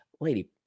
Lady